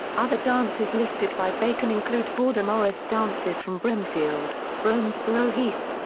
other dances listed by bacon include border morris dances from brimfield, bromsberrow heath,